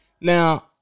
now